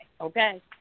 Okay